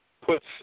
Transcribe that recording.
puts –